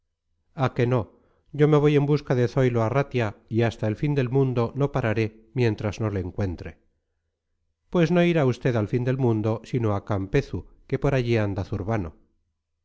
a que no yo me voy en busca de zoilo arratia y hasta el fin del mundo no pararé mientras no le encuentre pues no irá usted al fin del mundo sino a campezu que por allí anda zurbano